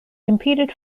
competed